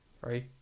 right